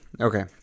okay